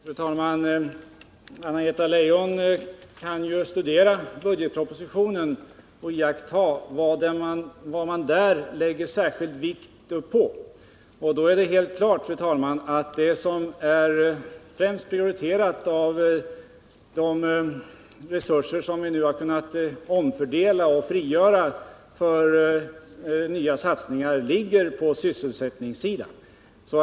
Fru talman! Anna-Greta Leijon kan studera budgetpropositionen och iaktta vad man där lägger särskild vikt vid. Det är helt klart att det som prioriterats främst av de resurser vi nu kunnat omfördela och frigöra för nya satsningar ligger på sysselsättningssidan.